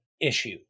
issue